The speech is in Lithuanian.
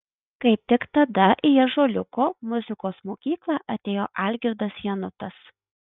kaip tik tada į ąžuoliuko muzikos mokyklą atėjo algirdas janutas